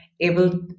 able